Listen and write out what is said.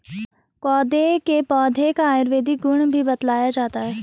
कोदो के पौधे का आयुर्वेदिक गुण भी बतलाया जाता है